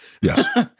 Yes